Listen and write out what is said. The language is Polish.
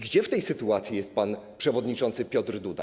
Gdzie w tej sytuacji jest pan przewodniczący Piotr Duda?